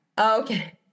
okay